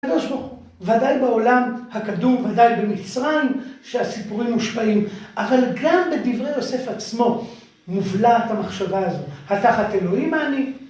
ודאי בעולם הקדום ודאי במצרים שהסיפורים מושפעים אבל גם בדברי יוסף עצמו מובלעת המחשבה הזאת התחת אלוהים אני